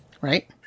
Right